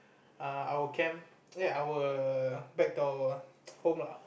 err our camp ya our back to our home lah